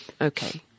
okay